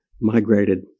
migrated